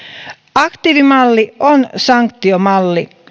aktiivimalli on sanktiomalli